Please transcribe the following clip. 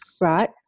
right